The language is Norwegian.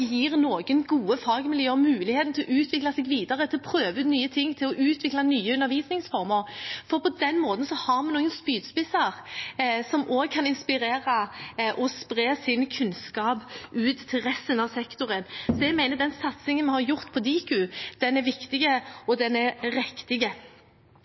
gir noen gode fagmiljøer muligheten til å utvikle seg videre, til å prøve ut nye ting og til å utvikle nye undervisningsformer. For på den måten har vi noen spydspisser som også kan inspirere og spre sin kunnskap ut til resten av sektoren. Så jeg mener at den satsingen vi har gjort på Diku, er viktig